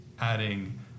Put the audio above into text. adding